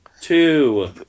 Two